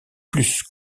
plus